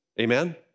Amen